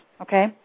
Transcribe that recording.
okay